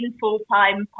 full-time